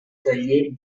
taller